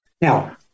Now